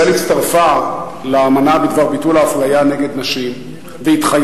ישראל הצטרפה לאמנה בדבר ביטול האפליה נגד נשים והתחייבה